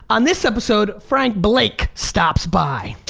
on this episode, frank blake stops by.